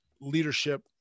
leadership